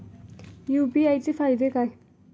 UPI चे फायदे काय?